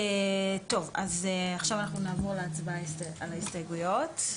אז נעבור להצבעה על ההסתייגויות.